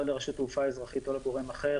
לא לרשות התעופה האזרחית ולא לגורם אחר,